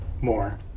more